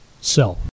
self